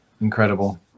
incredible